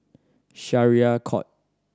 Syariah Court